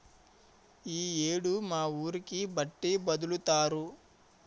ఈ యేడు మా ఊరికి బట్టి ఒదులుతారు